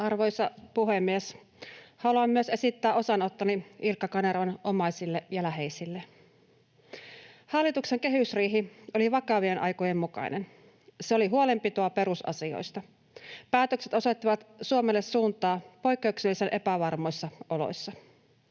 Arvoisa puhemies! Haluan myös esittää osanottoni Ilkka Kanervan omaisille ja läheisille. Hallituksen kehysriihi oli vakavien aikojen mukainen, se oli huolenpitoa perusasioista. Päätökset osoittavat Suomelle suuntaa poikkeuksellisen epävarmoissa oloissa.